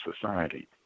society